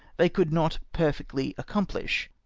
they could not perfectly accomphsh.